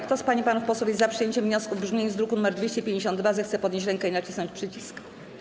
Kto z pań i panów posłów jest za przyjęciem wniosku w brzmieniu z druku nr 252, zechce podnieść rękę i nacisnąć przycisk.